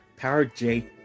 PowerJ